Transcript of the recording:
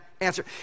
answer